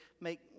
make